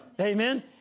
Amen